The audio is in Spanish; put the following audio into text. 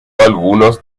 algunos